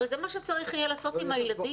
הרי זה מה שצריך יהיה לעשות עם הילדים.